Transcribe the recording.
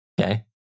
Okay